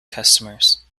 customers